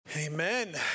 amen